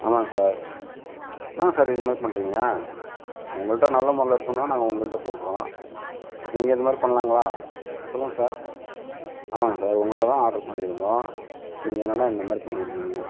ஆமாங்க சார் என்னங்க சார் இது மாதிரி பண்றீங்க உங்கள்கிட்ட நல்ல முறையில் இருக்கும்னு தான் நாங்கள் உங்கள்கிட்ட சொல்கிறோம் நீங்கள் இது மாதிரி பண்ணலைங்களா சொல்லுங்கள் சார் ஆமாங்க சார் உங்கள்கிட்ட தான் ஆடரு பண்ணியிருந்தோம் நீங்கள் என்னன்னா இந்த மாதிரி பண்ணியிருக்கீங்க